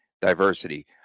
diversity